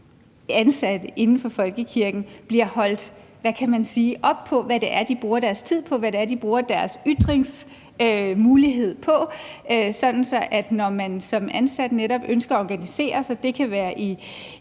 ansatte inden for folkekirken bliver holdt op på, hvad de bruger deres tid på, hvad de bruger deres ytringsmulighed på, sådan at når man som ansat netop ønsker at organisere sig – det kan være i